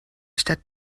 stadt